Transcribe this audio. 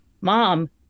mom